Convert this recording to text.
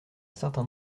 certain